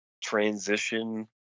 transition